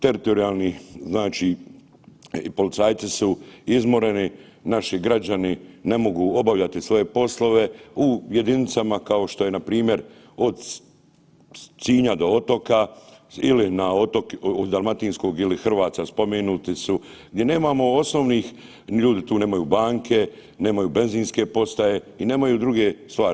Teritorijalni znači policajci su izmoreni, naši građani ne mogu obavljati svoje poslove u jedinicama kao što je npr. od Sinja do otoka ili na otok, dalmatinskog ili Hrvaca spomenuti su, gdje nemamo osnovnih, ljudi tu nemaju banke, nemaju benzinske postaje i nemaju druge stvari.